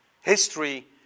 History